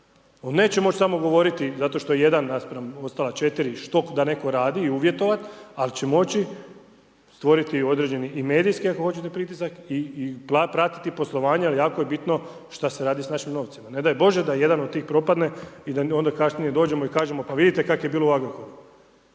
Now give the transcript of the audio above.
On neće moći samo govoriti zato što je jedan naspram ostala 4 što da netko radi i uvjetovati ali će moći stvoriti određeni i medijski ako hoćete pritisak i pratiti poslovanja jer jako je bitno šta se radi s našim novcima. Ne daj Bože da jedan od tih propadne i da onda kasnije dođemo i kažemo pa vidite kako je bilo u Agrokoru.